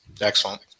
Excellent